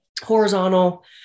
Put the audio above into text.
horizontal